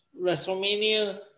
WrestleMania